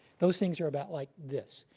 those things are about like this.